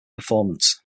performance